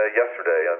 yesterday